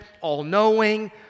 all-knowing